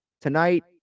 Tonight